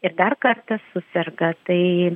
ir dar kartą suserga tai